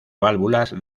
válvulas